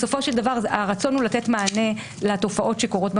בסופו של דבר הרצון הוא לתת מענה לתופעות שקורות במציאות,